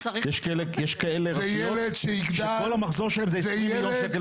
יש כאלה רשויות שכל המחזור שלהן זה --- לשנה.